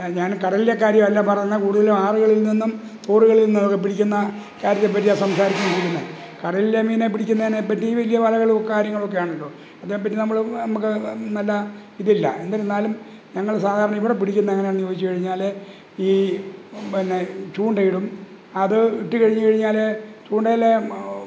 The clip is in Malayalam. ഞാൻ കടലിലെ കാര്യമല്ല പറയുന്നത് കൂടുതലും ആറുകളില് നിന്നും തോടുകളില് നിന്നുമൊക്കെ പിടിക്കുന്ന കാര്യത്തെപ്പറ്റിയാണ് സംസാരിച്ചുകൊണ്ടിരിക്കുന്നത് കടലിലെ മീനിനെ പിടിക്കുന്നതിനെപ്പറ്റി വലിയ വലകളും കാര്യങ്ങളുമൊക്കെയാണല്ലൊ അതിനെപ്പറ്റി നമ്മൾ നമ്മൾക്ക് നല്ല ഇത് ഇല്ല എന്നിരിന്നാലും ഞങ്ങൾ സാധാരണ ഇവിടെപ്പിടിക്കുന്ന എങ്ങനെയാണെന്ന് ചോദിച്ച് കഴിഞ്ഞാൽ ഈ പിന്നെ ചൂണ്ടയിടും അത് ഇട്ടുകഴിഞ്ഞ് കഴിഞ്ഞാൽ ചൂണ്ടയിലെ